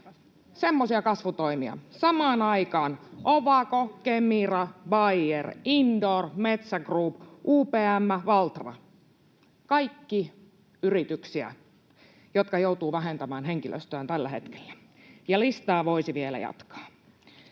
Semmoisia kasvutoimia. — Ja samaan aikaan Ovako, Kemira, Bayer, Indoor, Metsä Group, UPM, Valtra: kaikki yrityksiä, jotka joutuvat vähentämään henkilöstöään tällä hetkellä. Ja listaa voisi vielä jatkaa.